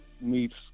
meets